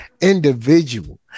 individual